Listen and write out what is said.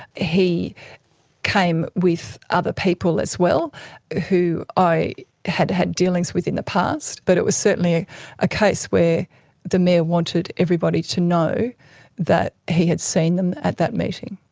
he came with other people as well who i had had dealings with in the past. but it was certainly a case where the mayor wanted everybody to know that he had seen them at that meeting.